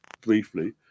briefly